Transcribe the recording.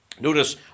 Notice